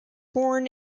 born